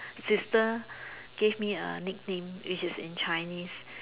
sister gave me a nickname which is in Chinese